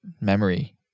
memory